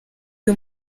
uyu